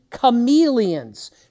chameleons